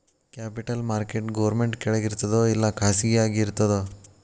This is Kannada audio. ಕ್ಯಾಪಿಟಲ್ ಮಾರ್ಕೆಟ್ ಗೌರ್ಮೆನ್ಟ್ ಕೆಳಗಿರ್ತದೋ ಇಲ್ಲಾ ಖಾಸಗಿಯಾಗಿ ಇರ್ತದೋ?